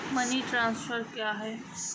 Money transfer क्या है?